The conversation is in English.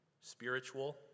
spiritual